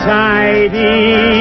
tidy